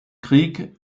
krieg